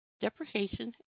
depreciation